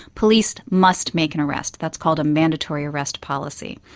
police must make an arrest, that's called a mandatory arrest policy.